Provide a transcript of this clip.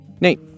Nate